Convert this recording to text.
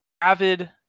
avid